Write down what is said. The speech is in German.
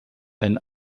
ein